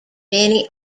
many